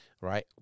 right